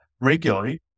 regularly